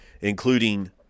Including